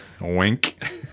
Wink